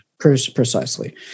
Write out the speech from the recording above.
precisely